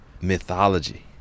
mythology